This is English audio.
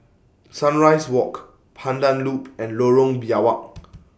Sunrise Walk Pandan Loop and Lorong Biawak